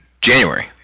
January